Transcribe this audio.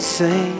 say